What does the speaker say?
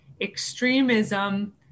extremism